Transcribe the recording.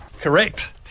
Correct